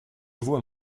vois